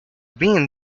been